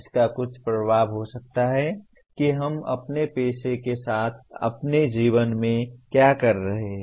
जिसका कुछ प्रभाव हो सकता है कि हम अपने पेशे के साथ साथ अपने जीवन में क्या कर रहे हैं